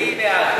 אני בעד.